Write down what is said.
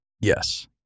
Yes